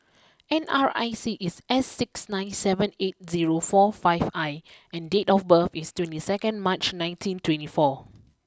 N R I C is S six nine seven eight zero four five I and date of birth is twenty second March nineteen twenty four